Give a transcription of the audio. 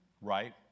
right